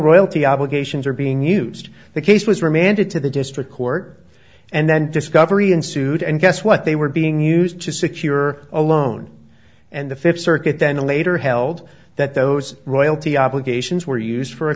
royalty obligations are being used the case was remanded to the district court and then discovery ensued and guess what they were being used to secure a loan and the fifth circuit then later held that those royalty obligations were used for a